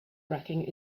racking